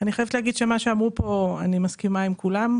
חייבת להגיד שאני מסכימה עם כל מה שנאמר כאן.